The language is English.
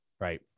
right